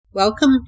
Welcome